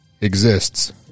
exists